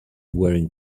wearing